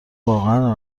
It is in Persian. واقعا